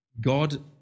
God